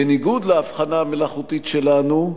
בניגוד להבחנה המלאכותית שלנו,